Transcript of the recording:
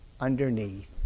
underneath